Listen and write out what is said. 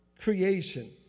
creation